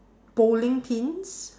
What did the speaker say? bowling pins